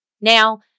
Now